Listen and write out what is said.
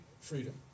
Freedom